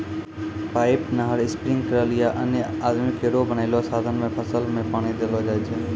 pipe, नहर, sprinkler या अन्य आदमी केरो बनैलो साधन सें फसल में पानी देलो जाय छै